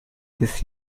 this